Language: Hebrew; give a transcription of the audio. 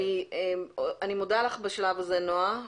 אני מודה לך בשלב הזה, נועה.